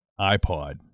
iPod